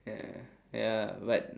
ya ya but